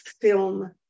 film